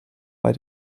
bei